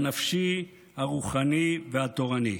הנפשי, הרוחני והתורני.